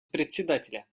председателя